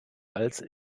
als